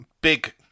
Big